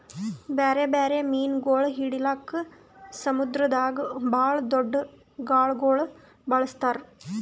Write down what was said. ಬ್ಯಾರೆ ಬ್ಯಾರೆ ಮೀನುಗೊಳ್ ಹಿಡಿಲುಕ್ ಸಮುದ್ರದಾಗ್ ಭಾಳ್ ದೊಡ್ದು ಗಾಳಗೊಳ್ ಬಳಸ್ತಾರ್